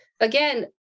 again